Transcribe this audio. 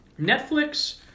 Netflix